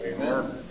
Amen